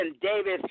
Davis